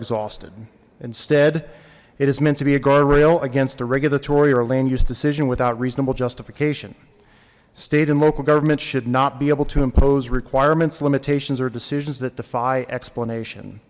exhausted instead it is meant to be a guardrail against a regulatory or a land use decision without reasonable justification state and local governments should not be able to impose requirements limitations or decisions that defy explanation